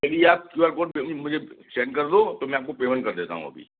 चलिए आप जो है फ़ाेन पे मुझे सेंड कर दो तो मैं आपको पेमेंट कर देता हूँ अभी